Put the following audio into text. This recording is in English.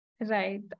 Right